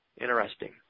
Interesting